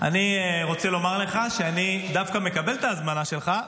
אני רוצה לומר לך שאני דווקא מקבל את ההזמנה שלך,